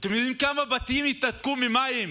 אתם יודעים כמה בתים ינותקו ממים